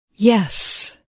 Yes